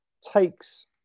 takes